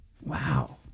Wow